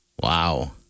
Wow